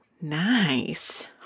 nice